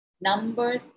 Number